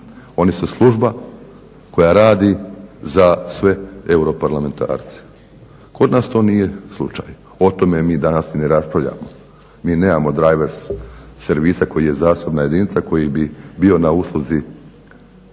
Oni su služba koja radi za sve europarlamentarce. Kod nas to nije slučaj. O tome mi danas ni ne raspravljamo. Mi nemamo driver servisa koji je zasebna jedinica koji bi bio na usluzi